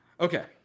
Okay